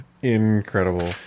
Incredible